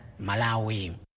Malawi